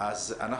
שאני מייצג,